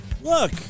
Look